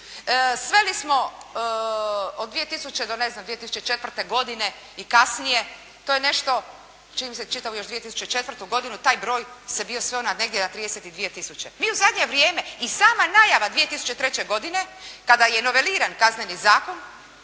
Sveli smo od 2000. do ne znam 2004. godine i kasnije, to je nešto, čini mi se čitavu još 2004. godinu taj broj se bio sveo negdje na 32 tisuće. Mi u zadnje vrijeme i sama najava 2003. godine kada je noveliran Kazneni zakon